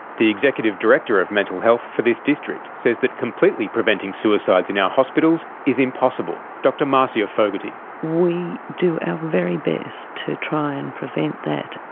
the executive director of mental health for this district says that completely preventing suicides in our hospitals is impossible. marcia fogarty we do our very best to try and prevent that,